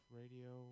radio